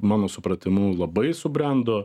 mano supratimu labai subrendo